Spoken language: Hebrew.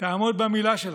תעמוד במילה שלך.